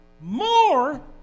more